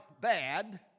bad